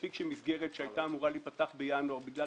מספיק שמסגרת שהיתה אמורה להיפתח בינואר בגלל